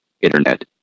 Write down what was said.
internet